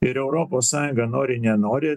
ir europos sąjunga nori nenori